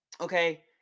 Okay